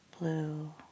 blue